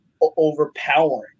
overpowering